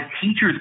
teacher's